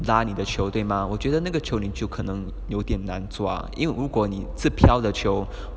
拉你的球对吗我觉得那个球你就可能有点难抓因为如果你是飘着球